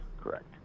correct